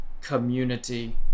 community